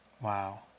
Wow